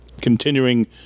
continuing